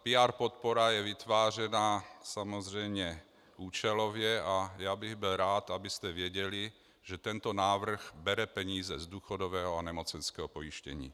PR podpora je vytvářena samozřejmě účelově a byl bych rád, abyste věděli, že tento návrh bere peníze z důchodového a nemocenského pojištění.